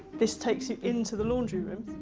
this takes you in to the laundry room.